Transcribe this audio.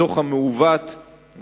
הדוח המעוות של,